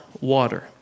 water